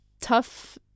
tough